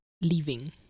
leaving